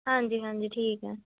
ਹਾਂਜੀ ਹਾਂਜੀ ਠੀਕ ਹੈ